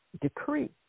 decree